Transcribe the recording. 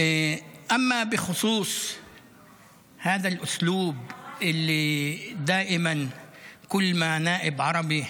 אשר למנהג הזה שבכל פעם שחבר כנסת ערבי